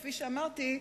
כפי שאמרתי,